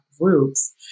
groups